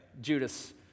Judas